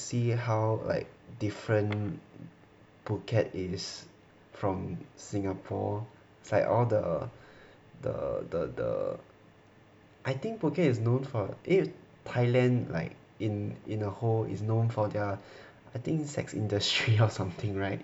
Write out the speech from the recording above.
see how like different phuket is from Singapore is like all the the the the I think phuket is known for eh Thailand like in in a whole is known for their I think sex industry or something [right]